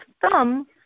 thumb